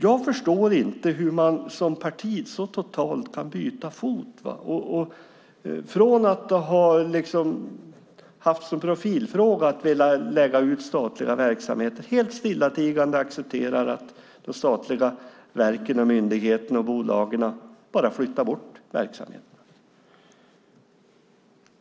Jag förstår inte hur man som parti så totalt kan byta fot från att ha haft som profilfråga att vilja lägga ut statliga verksamheter till att helt stillatigande acceptera att de statliga verken, myndigheterna och bolagen bara flyttas bort.